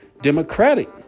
democratic